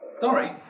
Sorry